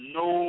no